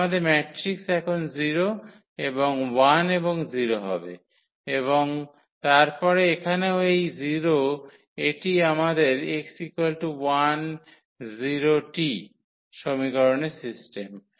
তাই আমাদের ম্যাট্রিক্স এখন 0 এবং 1 এবং 0 হবে এবং তারপরে এখানেও এই 0 এটিই আমাদের x10T সমীকরণের সিস্টেম